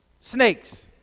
snakes